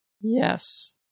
Yes